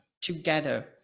together